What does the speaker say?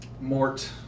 Mort